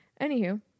anywho